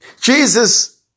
Jesus